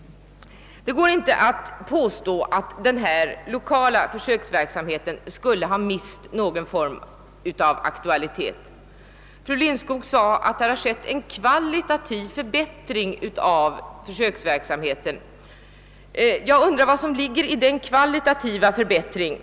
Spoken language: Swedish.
Man kan inte påstå att denna lokala försöksverksamhet skulle ha mist någon form av aktualitet. Fru Lindskog sade, att det har blivit »en kvalitativ förbättring» av försöksverksamheten. Jag undrar vad som ligger i begreppet kvalitativ förbättring.